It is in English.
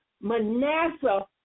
Manasseh